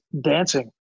dancing